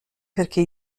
perché